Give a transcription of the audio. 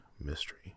mystery